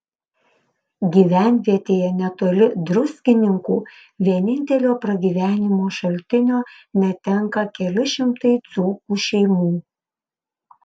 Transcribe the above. gyvenvietėje netoli druskininkų vienintelio pragyvenimo šaltinio netenka keli šimtai dzūkų šeimų